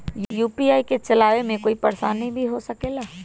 UPI के चलावे मे कोई परेशानी भी हो सकेला?